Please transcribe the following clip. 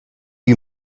you